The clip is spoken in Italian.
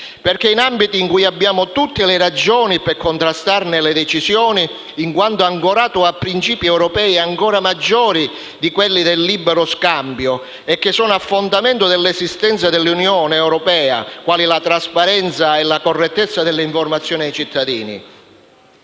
Ci sono ambiti in cui abbiamo tutte le ragioni per contrastarne le decisioni, in quanto ancorati a principi europei ancora maggiori di quello del libero scambio e che sono a fondamento dell'esistenza stessa dell'Unione europea, quali la trasparenza e la corretta informazione ai cittadini.